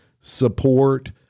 support